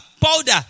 Powder